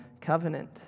Covenant